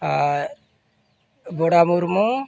ᱟᱨ ᱵᱚᱲᱟ ᱢᱩᱨᱢᱩ